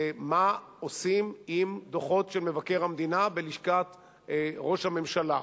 זה מה עושים עם דוחות של מבקר המדינה בלשכת ראש הממשלה?